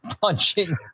punching